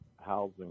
Housing